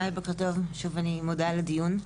היי בוקר טוב, שוב אני מודה על הדיון.